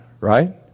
right